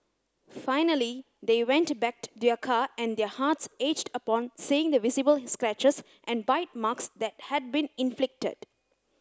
finally they went back to their car and their hearts aged upon seeing the visible scratches and bite marks that had been inflicted